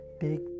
Take